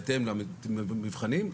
בהתאם למבחנים.